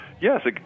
yes